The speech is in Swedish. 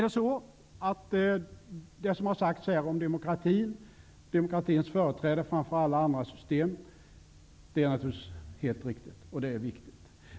Det som har sagts här om demokratins företräde framför alla andra system är naturligtvis helt riktigt.